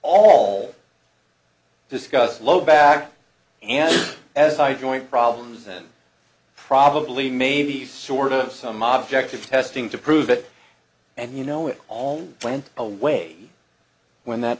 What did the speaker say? all discuss low back and as i joint problems and probably maybe sort of some object of testing to prove it and you know it all went away when that